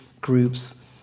groups